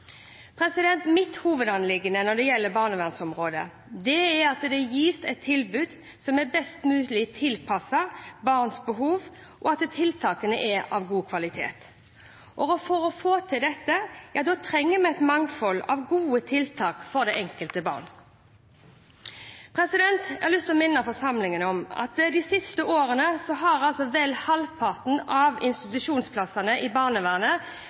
Mitt hovedanliggende når det gjelder barnevernsområdet, er at det gis et tilbud som er best mulig tilpasset barns behov, og at tiltakene er av god kvalitet. For å få til dette trenger vi et mangfold av gode tiltak for det enkelte barn. Jeg har lyst til å minne forsamlingen om at de siste årene har vel halvparten av institusjonsplassene i barnevernet